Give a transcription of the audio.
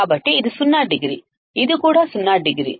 కాబట్టి ఇది సున్నా డిగ్రీ ఇది కూడా సున్నా డిగ్రీ